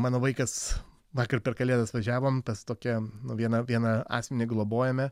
mano vaikas vakar per kalėdas važiavom pas tokią nu vieną vieną asmenį globojame